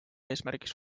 eesmärgiks